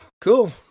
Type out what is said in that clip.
Cool